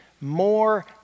more